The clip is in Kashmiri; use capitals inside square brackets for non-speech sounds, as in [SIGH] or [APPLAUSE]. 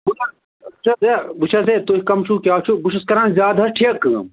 [UNINTELLIGIBLE] وٕچھ حظ ہے وٕچھ حظ ہے تُہۍ کَم چھُو کیٛاہ چھُو بہٕ چھُس کران زیادٕ حظ ٹھیکہٕ کٲم